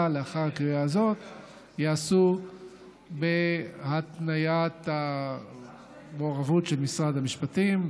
לאחר קריאה זו ייעשה בהתניית המעורבות של משרד המשפטים,